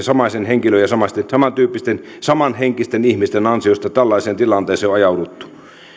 samaisen henkilön ja samantyyppisten samanhenkisten ihmisten ansiosta tällaiseen tilanteeseen on ajauduttu